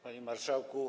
Panie Marszałku!